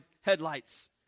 headlights